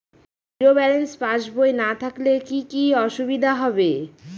Zero balance পাসবই না থাকলে কি কী অসুবিধা হবে?